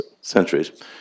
centuries